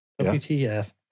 WTF